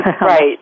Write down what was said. Right